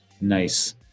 Nice